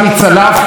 בלילה,